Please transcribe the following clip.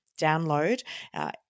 download